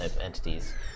entities